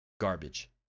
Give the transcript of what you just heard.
garbage